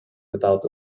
without